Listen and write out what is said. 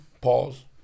Pause